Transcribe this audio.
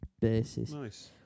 bases